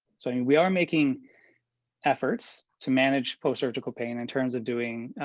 so, i mean, we are making efforts to manage post-surgical pain in terms of doing,